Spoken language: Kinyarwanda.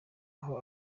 aho